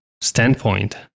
standpoint